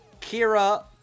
Kira